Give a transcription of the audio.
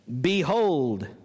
behold